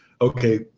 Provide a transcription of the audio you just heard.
okay